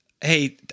hey